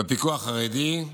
בפיקוח חרדי,